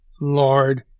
Lord